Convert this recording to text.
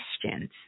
questions